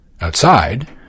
Outside